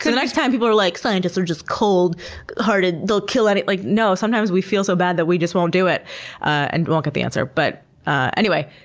so next time people are like, scientists are just cold hearted, they'll kill any. like, no. sometimes we feel so bad that we just won't do it and we won't get the answer. but ah anyway,